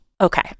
Okay